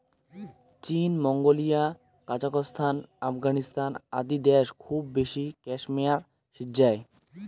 চীন, Mongolia, Kazakhstan, Afghanistan আদি দ্যাশ খুব বেশি ক্যাশমেয়ার সিজ্জায়